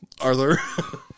Arthur